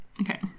okay